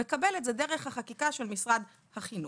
מקבל את זה דרך החקיקה של משרד החינוך,